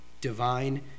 Divine